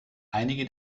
einige